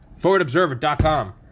forwardobserver.com